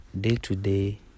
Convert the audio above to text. day-to-day